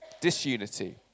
disunity